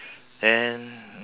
then